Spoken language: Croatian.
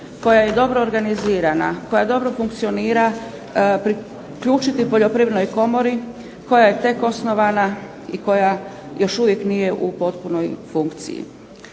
koja je dobro organizirana, koja dobro funkcionira priključiti poljoprivrednoj komori, koja je tek osnovana i koja još uvijek nije u potpunoj funkciji.